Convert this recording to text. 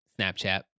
snapchat